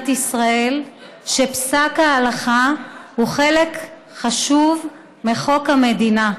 ישראל שפסק הלכה הוא חלק חשוב מחוק המדינה.